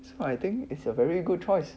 so I think it's a very good choice